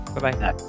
Bye-bye